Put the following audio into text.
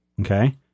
Okay